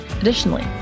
Additionally